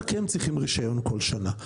רק הם צריכים רישיון כל שנה.